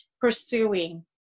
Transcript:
pursuing